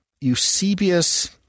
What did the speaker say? Eusebius